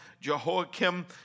Jehoiakim